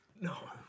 no